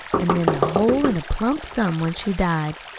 an' then the whole in a plump sum when she died.